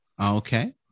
Okay